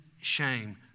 shame